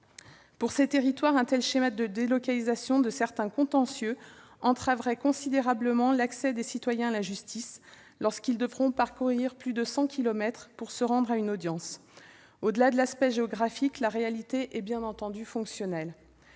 Pour ces territoires, un tel schéma de délocalisation de certains contentieux entraverait considérablement l'accès des citoyens à la justice puisque ces derniers devront parcourir plus de 100 kilomètres pour se rendre à une audience. Au-delà de l'aspect géographique, la réalité est bien entendu fonctionnelle.